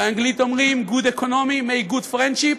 באנגלית אומרים: good economy makes good friendship,